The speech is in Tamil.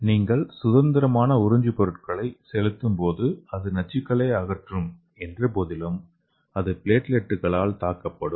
நீங்கள் சுதந்திரமான உறிஞ்சு பொருட்களை செலுத்தும்போது அது நச்சுகளை அகற்றும் என்றபோதிலும் அது பிளேட்லெட்டுகளால் தாக்கப்படும்